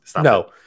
no